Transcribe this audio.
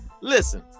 listen